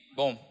bom